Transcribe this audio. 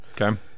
Okay